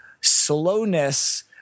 slowness